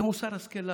זה מוסר השכל לנו.